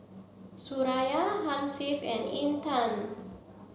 Suraya Hasif and Intan